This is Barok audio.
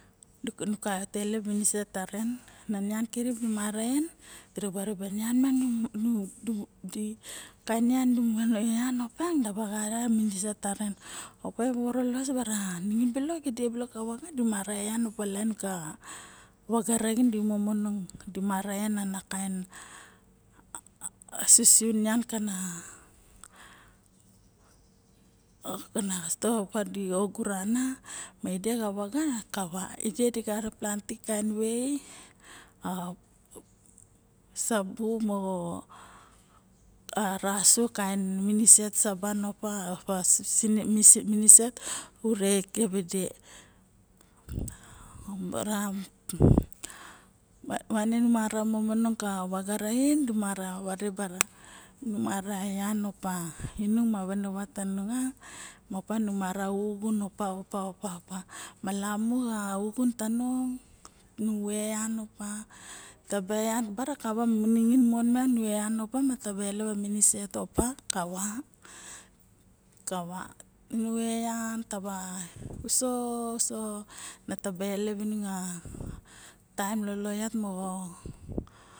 Nusa savang taem nu savang taba wadepa basienasa maros ma nu sa ginime arexien ma miok miang nusa vet niep me o sasak o patete nusa game arixen me mana taem kirip nu usim a kive mo nubu sangot basie xarien nubu usim ba lamas opa diburiba ma las maniok mibu sangot iat ma manak a tara bung mibu mara en a tast moxo nian moang mi vovoro me hao moxo sangot ne xak ma nian mi kaiot ka elep miniset karen arsbung taem nu wet nied nu mara vet niep ma patete dibu ra balok a miri mara vet niep manu mara malolo nu kaiot ka sosongot taem nu vet nies ta elep balok lavanabas mara vaxana aun taba bulus su yak a patete nusa olsu yak a baise tung.